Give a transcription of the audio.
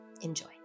enjoy